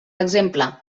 exemple